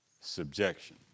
subjection